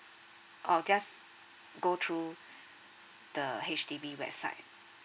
oh just go through the H_D_B website